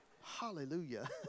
Hallelujah